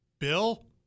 Bill